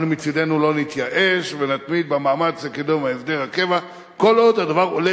אנו מצדנו לא נתייאש ונתמיד במאמץ לקידום הסדר הקבע כל עוד הדבר עולה